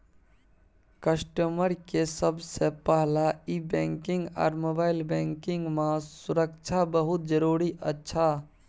customer के सबसे पहला ई बैंकिंग आर मोबाइल बैंकिंग मां सुरक्षा बहुत जरूरी अच्छा